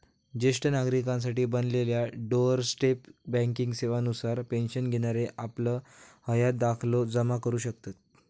ज्येष्ठ नागरिकांसाठी बनलेल्या डोअर स्टेप बँकिंग सेवा नुसार पेन्शन घेणारे आपलं हयात दाखलो जमा करू शकतत